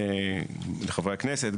לחברי הכנסת,